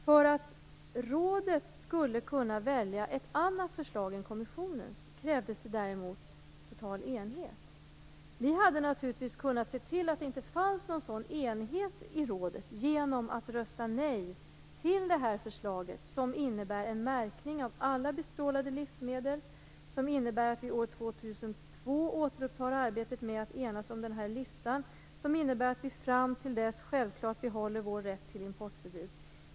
För att rådet skulle kunna välja ett annat förslag än kommissionens krävdes det däremot total enighet. Vi hade naturligtvis kunnat se till att det inte fanns någon sådan enighet i rådet genom att rösta nej till det här förslaget, som innebär en märkning av alla bestrålade livsmedel, som innebär att vi år 2002 återupptar arbetet med att enas om listan, som innebär att vi fram till dess självfallet behåller vår rätt till importförbud.